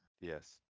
Yes